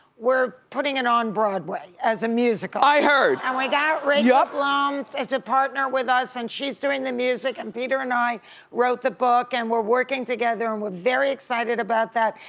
we're putting it on broadway as a musical. i heard! and we got rachel bloom, as a partner with us, and she's doing the music, and peter and i wrote the book, and we're working together and we're very excited about that,